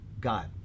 God